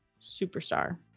Superstar